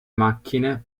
macchine